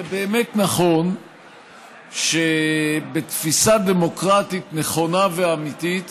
זה באמת נכון שבתפיסה דמוקרטית נכונה ואמיתית